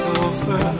over